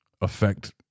affect